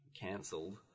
cancelled